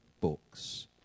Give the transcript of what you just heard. books